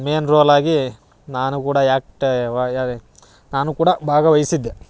main ರೋಲಾಗಿ ನಾನು ಕೂಡ ಆ್ಯಕ್ಟ ವ ನಾನು ಕೂಡ ಭಾಗ್ವಹಿಸಿದ್ದೆ